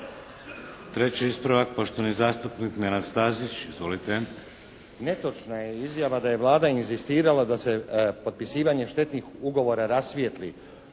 Treći ispravak poštovani zastupnik Nenad Stazić. Izvolite. **Stazić, Nenad (SDP)** Netočna je izjava da je Vlada inzistirala da se potpisivanje štetnih ugovora rasvijetli.